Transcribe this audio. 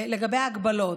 לגבי ההגבלות,